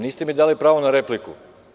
Niste mi dali pravo na repliku?